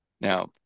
Now